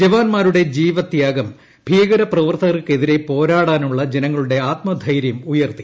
ജവാന്മാരുടെ ജീവത്യാഗം ഭീകരപ്രവർ ത്തകർക്കെതിരെ പോരാടാനുള്ള ജനങ്ങളുടെ ആത്മധൈര്യം ഉയർ ത്തി